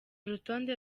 urutonde